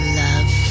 love